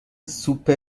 سوپ